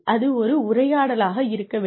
அது ஒரு உரையாடலாக இருக்க வேண்டும்